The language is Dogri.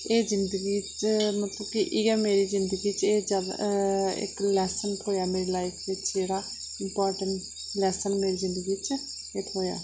एह् ओह् जिंदगी च इ'यै मेरी जिंदगी दा इक्क लैसन थ्होया मेरी लाईफ च जेह्ड़ा इम्पार्टेंट लैसन मेरी जिंदगी च थ्होया